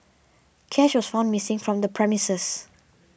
cash was found missing from the premises